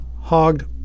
hogged